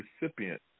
recipient